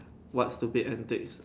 what stupid antics